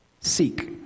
Seek